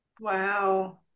Wow